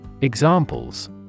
Examples